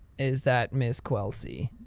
is that miss quelcy?